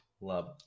Love